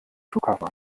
flughafen